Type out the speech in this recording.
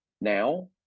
now